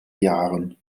jahren